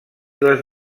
les